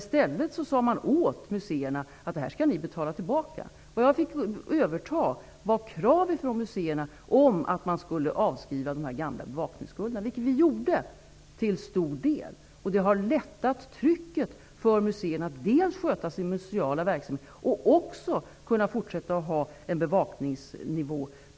I stället sade man till museerna: Det här skall ni betala tillbaka. Vad jag fick överta var krav från museerna om att de gamla bevakningsskulderna skulle avskrivas, vilket nuvarande regering till stor del gjorde. Detta har lättat trycket för museerna att dels sköta sina museala verksamheter, dels att ha en hög bevakningsnivå.